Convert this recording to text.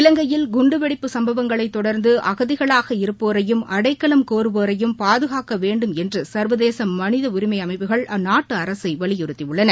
இலங்கையில் குண்டுவெடிப்பு சம்பவங்களைத் தொடர்ந்து அகதிகளாகி இருப்போரையும் அடைக்கலம் கோருவோரையும் பாதுகாக்க வேண்டும் என்று சர்வதேச மனித உரிமை அமைப்புகள் அந்நாட்டு அரசை வலியுறத்தியுள்ளன